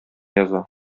яза